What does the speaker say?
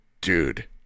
Dude